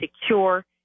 secure